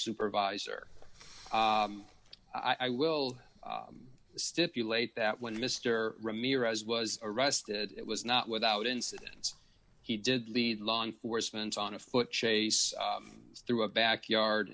supervisor i will stipulate that when mr ramirez was arrested it was not without incidence he did leave law enforcement on a foot chase through a back yard